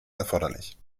erforderlich